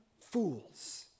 fools